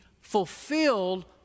fulfilled